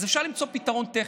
אז אפשר למצוא פתרון טכני,